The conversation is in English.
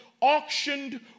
auctioned